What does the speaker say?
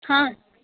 ಹಾಂ